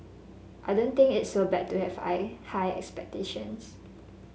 I don't think it's so bad to have high expectations